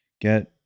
get